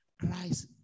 Christ